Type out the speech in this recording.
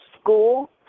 school